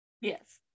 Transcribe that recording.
Yes